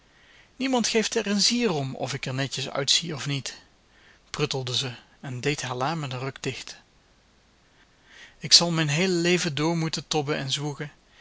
niemand geeft er een zier om of ik er netjes uitzie of niet pruttelde ze en deed haar la met een ruk dicht ik zal mijn heele leven door moeten tobben en zwoegen